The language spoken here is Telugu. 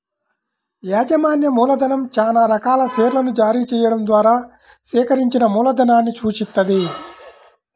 యాజమాన్య మూలధనం చానా రకాల షేర్లను జారీ చెయ్యడం ద్వారా సేకరించిన మూలధనాన్ని సూచిత్తది